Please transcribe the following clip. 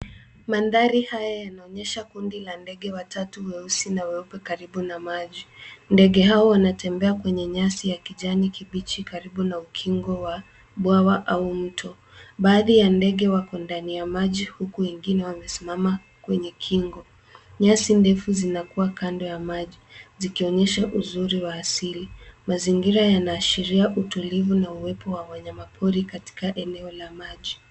Mandhari haya yanaonyesha kundi la ndege watatu weusi na weupe karibu na maji. Ndege hao wanatembea kwenye nyasi ya kijani kibichi karibu na ukingo wa bwawa au mto. Baadhi ya ndege wako ndani ya maji huku wengine wamesimama kwenye kingo. Nyasi ndefu zinakua kando ya maji zikioyesha uzuri wa asili. Mazingira yanaashira utulivu na uwepo wa wanyama pori katika eneo la maji.